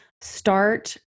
start